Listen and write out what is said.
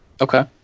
Okay